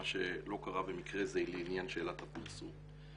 מה שלא קרה במקרה זה לעניין שאלת הפרסום.